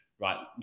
right